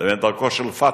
לבין דרכו של "פתח",